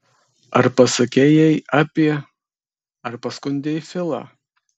ar pasakei jai apie ar paskundei filą